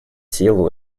силу